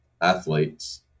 athletes